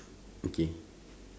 okay